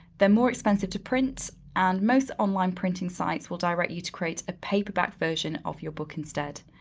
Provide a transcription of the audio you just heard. they're more expensive to print, and most online printing sites will direct you to create a paperback version of your book instead.